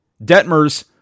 Detmers